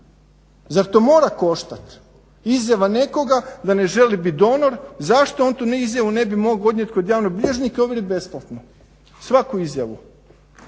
Zar to mora koštati? Izjava nekoga da ne želi biti donor. Zašto on tu izjavu ne bi mogao odnijet kod javnog bilježnika i ovjerit besplatno, svaku izjavu